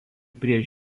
prieš